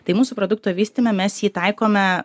tai mūsų produkto vystyme mes jį taikome